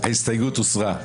ההסתייגות הוסרה.